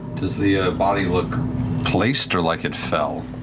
does the body look placed or like it fell?